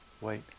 Wait